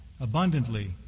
abundantly